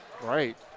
right